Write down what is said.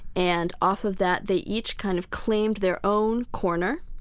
and off of that, they each kind of claimed their own corner.